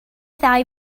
ddau